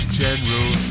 general